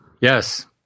Yes